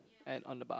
at on the bar